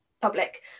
public